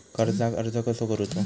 कर्जाक अर्ज कसो करूचो?